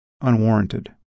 unwarranted